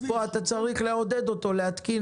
פה אתה צריך לעודד אותו להתקין.